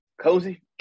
cozy